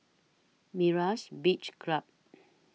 Myra's Beach Club